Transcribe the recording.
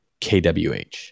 KWH